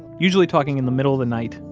usually talking in the middle of the night,